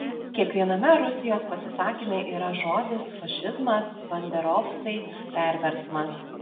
kiekviename rusijos pasisakyme yra žodis fašizmas banderovcai perversmas